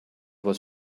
was